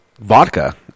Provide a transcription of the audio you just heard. vodka